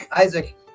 Isaac